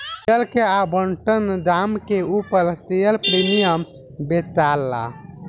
share के आवंटन दाम के उपर शेयर प्रीमियम बेचाला